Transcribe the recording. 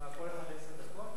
כל אחד עשר דקות?